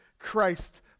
christ